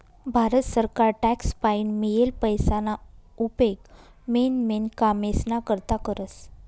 भारत सरकार टॅक्स पाईन मियेल पैसाना उपेग मेन मेन कामेस्ना करता करस